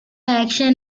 action